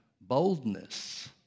boldness